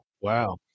Wow